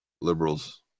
liberals